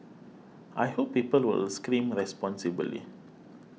I hope people will scream responsibly